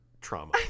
trauma